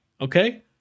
Okay